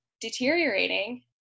deteriorating